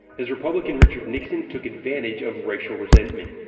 as republican richard nixon took advantage of racial resentment.